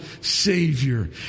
Savior